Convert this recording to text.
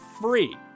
free